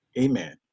amen